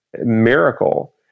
miracle